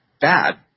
bad